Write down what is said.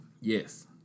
Yes